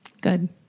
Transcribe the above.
good